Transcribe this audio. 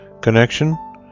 connection